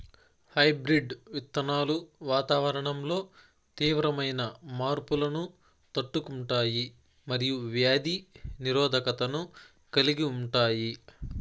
hybrid విత్తనాలు వాతావరణంలో తీవ్రమైన మార్పులను తట్టుకుంటాయి మరియు వ్యాధి నిరోధకతను కలిగి ఉంటాయి